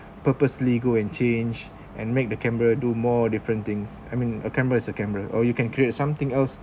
purposely go and change and make the camera do more different things I mean a camera is a camera or you can create something else